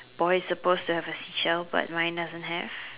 boy is supposed to have a seashell but mine doesn't have